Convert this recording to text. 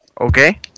Okay